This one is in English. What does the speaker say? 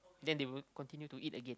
then they will continue to eat again